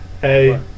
Hey